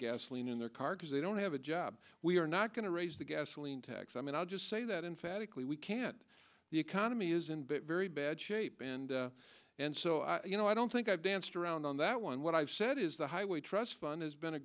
gasoline in their car because they don't have a job we're not going to raise the gasoline tax i mean i'll just say that in phatic we can't the economy is in very bad shape and and so i you know i don't think i've danced around on that one what i've said is the highway trust fund has been a